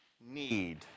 need